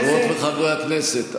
חברות וחברי הכנסת,